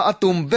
Atum